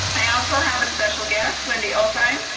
i also have a special guest, wendy ottheim,